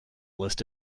list